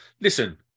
Listen